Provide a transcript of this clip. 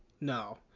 No